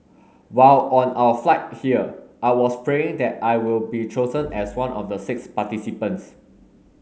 while on our flight here I was praying that I will be chosen as one of the six participants